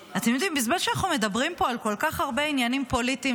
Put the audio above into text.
בזמן שאנחנו מדברים פה על כל כך הרבה עניינים פוליטיים